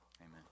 amen